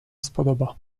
spodoba